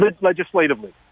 legislatively